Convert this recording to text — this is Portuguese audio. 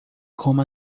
coma